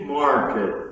market